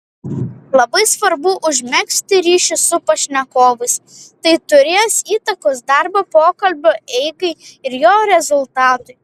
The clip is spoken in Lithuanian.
labai svarbu užmegzti ryšį su pašnekovais tai turės įtakos darbo pokalbio eigai ir jo rezultatui